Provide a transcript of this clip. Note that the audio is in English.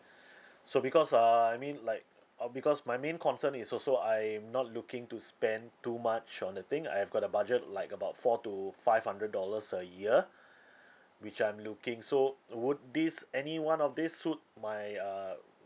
so because err I mean like uh because my main concern is also I'm not looking to spend too much on the thing I've got a budget like about four to five hundred dollars a year which I'm looking so would this any one of these suit my uh